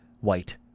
white